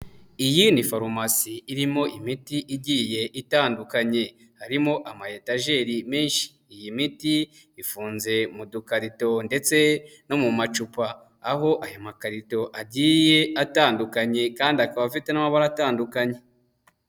Iyidi farumasi irimo imiti igiye itandukanye, harimo ama etajeri menshi, iyi miti ifunze mu dukarito ndetse no mu macupa, aho ayo makarito agiye atandukanye kandi akaba afite n'amabara atandukanye.